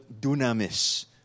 dunamis